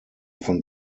von